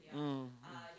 mm mm